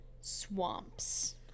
swamps